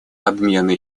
обмены